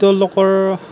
buzzing